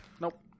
Nope